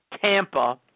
Tampa